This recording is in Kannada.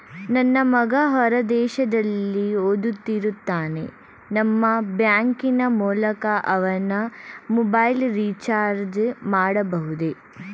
ನನ್ನ ಮಗ ಹೊರ ದೇಶದಲ್ಲಿ ಓದುತ್ತಿರುತ್ತಾನೆ ನಿಮ್ಮ ಬ್ಯಾಂಕಿನ ಮೂಲಕ ಅವನ ಮೊಬೈಲ್ ರಿಚಾರ್ಜ್ ಮಾಡಬಹುದೇ?